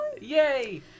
Yay